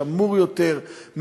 שמור יותר,